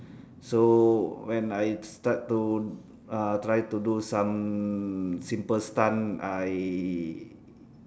so when I start to uh try to do some simple stunt I